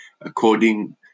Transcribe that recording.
According